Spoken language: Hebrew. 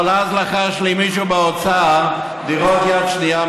אבל אז לחש לי מישהו באוצר שדירות יד שנייה,